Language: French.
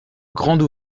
grande